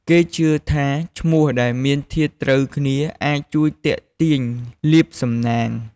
គេជឿថាឈ្មោះដែលមានធាតុត្រូវគ្នា អាចជួយទាក់ទាញលាភសំណាង។